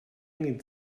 need